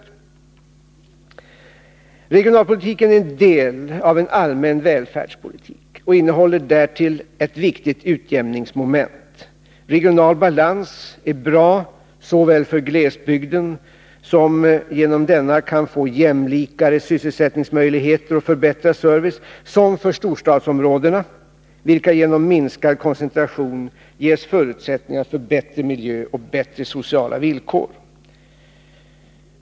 Regionalpolitiken är en del av en allmän välfärdspolitik och innehåller därtill ett viktigt utjämningsmoment. Regional balans är bra såväl för glesbygden, vilken genom denna kan få jämlikare sysselsättningsmöjligheter och förbättrad service, som för storstadsområdena, vilka genom minskad koncentration ges förutsättningar för bättre miljö och bättre sociala villkor.